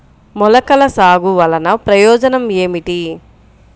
మొలకల సాగు వలన ప్రయోజనం ఏమిటీ?